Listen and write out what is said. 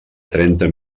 trenta